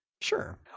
Sure